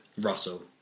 Russell